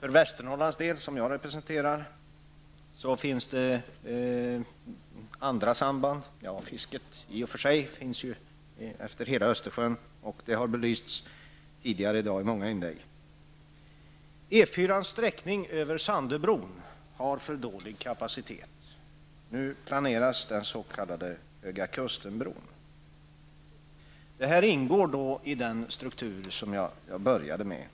För Västnorrlands del, och jag representerar just Västernorrland, är andra samband aktuella. I och för sig försiggår fiske längs hela Östersjökusten. Detta har belysts tidigare i dag i många inlägg. Det här ingår i den struktur som jag inledningsvis talade